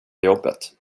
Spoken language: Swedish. jobbet